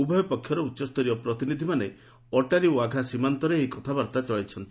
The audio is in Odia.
ଉଭୟ ପକ୍ଷର ଉଚ୍ଚସ୍ତରୀୟ ପ୍ରତିନିଧିମାନେ ଅଟାରି ୱାଘା ସୀମାନ୍ତରେ ଏହି କଥାବାର୍ତ୍ତା ଚଳାଇଛନ୍ତି